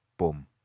Boom